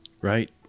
right